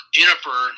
Jennifer